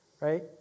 right